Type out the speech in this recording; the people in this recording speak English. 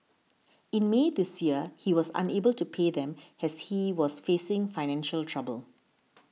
in May this year he was unable to pay them as he was facing financial trouble